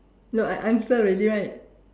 no I answer already right